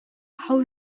how